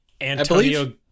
Antonio